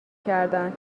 کردن